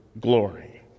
glory